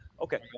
Okay